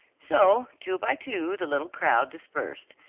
so two by two the little crowd dispersed.